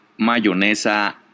mayonesa